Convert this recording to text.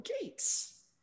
gates